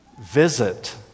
visit